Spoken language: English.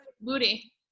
booty